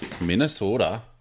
Minnesota